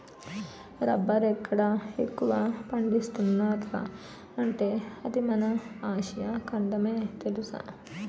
రబ్బరెక్కడ ఎక్కువ పండిస్తున్నార్రా అంటే అది మన ఆసియా ఖండమే తెలుసా?